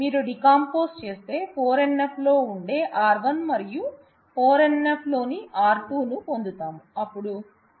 మీరు డీకంపోస్ చేస్తే 4 NF లో ఉండే R 1 మరియు 4 NF లో లేని R 2 ను పొందుతాము